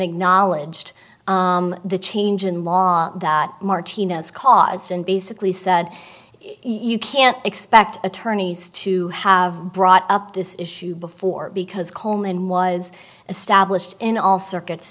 acknowledged the change in law that martinez caused and basically said you can't expect attorneys to have brought up this issue before because coleman was established in all circuits